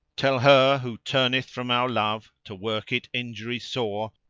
tell her who turneth from our love to work it injury sore,